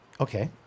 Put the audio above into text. Okay